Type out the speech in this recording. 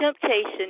temptation